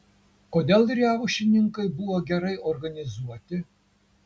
kodėl riaušininkai buvo gerai organizuoti